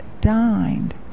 dined